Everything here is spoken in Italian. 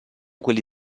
quelli